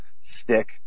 stick